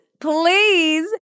please